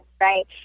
right